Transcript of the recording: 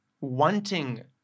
wanting